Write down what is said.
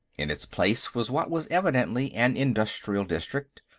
in its place was what was evidently an industrial district,